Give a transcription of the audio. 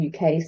UK